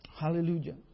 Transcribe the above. Hallelujah